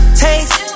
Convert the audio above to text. taste